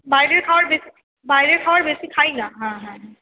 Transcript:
বাইরের খাবার বাইরের খাবার বেশি খাই না হ্যাঁ হ্যাঁ